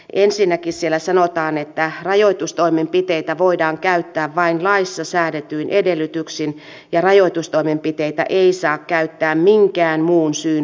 ensinnäkin siellä sanotaan että rajoitustoimenpiteitä voidaan käyttää vain laissa säädetyin edellytyksin ja että rajoitustoimenpiteitä ei saa käyttää minkään muun syyn vuoksi